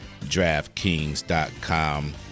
DraftKings.com